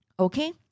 Okay